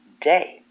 day